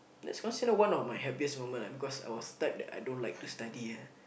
that's considered one of my happiest moment ah because I was type that I don't like to study ah